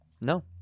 No